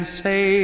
say